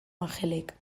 angelek